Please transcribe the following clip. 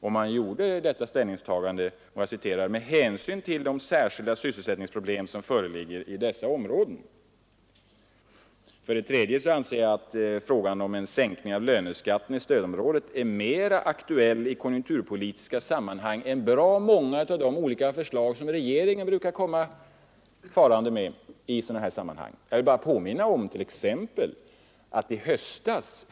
Vi gjorde detta ställningstagande ”med hänsyn till de särskilda sysselsättningsproblem som föreligger i dessa områden”. För det tredje anser jag att frågan om en sänkning av löneskatten i stödområdet är mera aktuell i konjunkturpolitiska sammanhang än bra många av de förslag som regeringen brukar komma farande med.